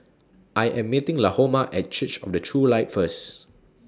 I Am meeting Lahoma At Church of The True Light First